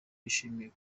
yishimiye